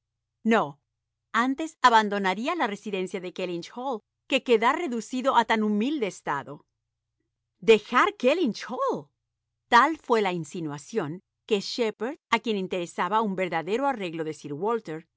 no antes abandonaría la residencia de kellynch hall que quedar reducido a tan humilde estado dejar kellynch hall tal fué la insinuación que shepherd a quien interesaba un verdadero arreglo de